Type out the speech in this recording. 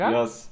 Yes